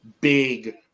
big